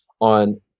on